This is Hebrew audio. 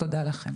תודה לכם.